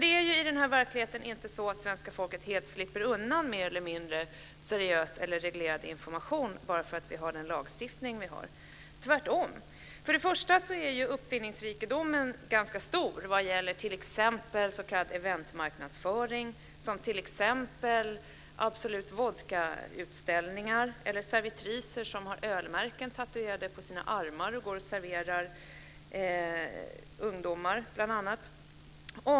Det är i denna verklighet inte så att svenska folket helt slipper undan från mer eller mindre reglerad information bara därför att vi har den lagstiftning som vi har, tvärtom. För det första är uppfinningsrikedomen ganska stor vad gäller exempelvis s.k. event-marknadsföring, Absolut Vodka-utställningar eller servitriser som med ölmärken tatuerade på sina armar serverar bl.a. ungdomar.